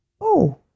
Oh